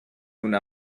una